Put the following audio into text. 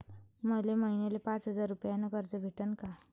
मले महिन्याले पाच हजार रुपयानं कर्ज भेटन का?